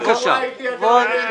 לבתי החולים בנצרת.